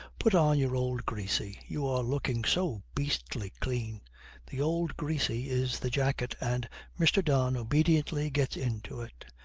put on your old greasy you are looking so beastly clean the old greasy is the jacket, and mr. don obediently gets into it.